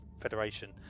Federation